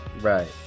Right